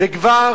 וכבר